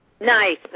Nice